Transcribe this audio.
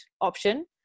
option